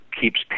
Keeps